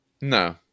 No